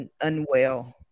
unwell